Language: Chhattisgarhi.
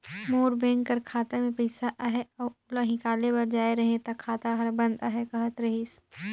मोर बेंक कर खाता में पइसा अहे अउ ओला हिंकाले बर जाए रहें ता खाता हर बंद अहे कहत रहिस